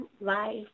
life